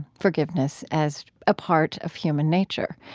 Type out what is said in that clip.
forgiveness as a part of human nature.